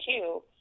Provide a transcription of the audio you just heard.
two